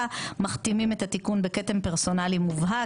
מכתימים את התיקון בכתם פרסונלי מובהק.